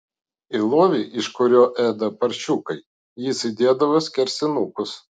į lovį iš kurio ėda paršiukai jis įdėdavo skersinukus